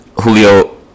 Julio